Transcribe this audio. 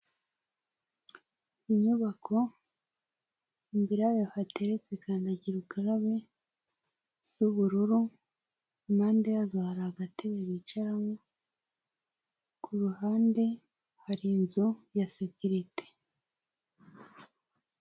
Inyubako imbere yayo hateretse kandagira ukarabe z'ubururu, impande yazo hari agatebe bicaramo, ku ruhande hari inzu ya sekirite.